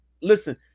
listen